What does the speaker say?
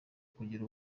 kugira